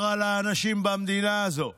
מה רע לאנשים במדינה הזאת?